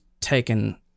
taken